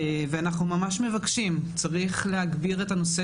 אנחנו ממש מבקשים: צריך להגביר את הנושא